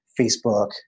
Facebook